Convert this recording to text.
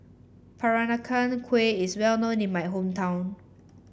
Peranakan Kueh is well known in my hometown